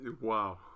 wow